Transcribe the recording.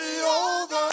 over